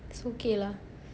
it's okay lah